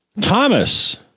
Thomas